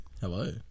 Hello